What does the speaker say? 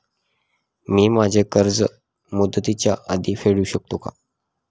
मी माझे कर्ज मुदतीच्या आधी फेडू शकते का?